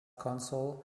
console